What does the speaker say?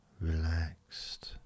relaxed